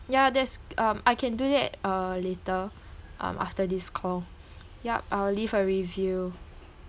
yeah there's um I can do that uh later um after this call yup I'll leave a review